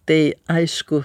tai aišku